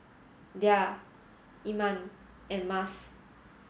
Dhia Iman and Mas